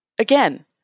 Again